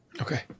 Okay